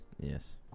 Yes